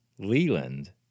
Leland